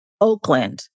Oakland